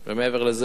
מעבר לזה,